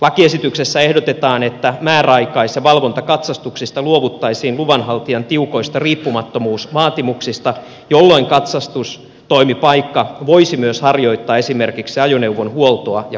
lakiesityksessä ehdotetaan että määräaikais ja valvontakatsastuksissa luovuttaisiin luvanhaltijan tiukoista riippumattomuusvaatimuksista jolloin katsastustoimipaikka voisi myös harjoittaa esimerkiksi ajoneuvon huoltoa ja korjausta